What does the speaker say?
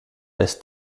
als